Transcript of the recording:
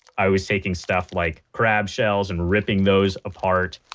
i was taking stuff like crab shells and ripping those apart,